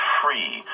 free